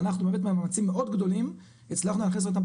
ואנחנו באמת במאמצים מאוד גדולים הצלחנו להכניס אותם,